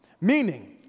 Meaning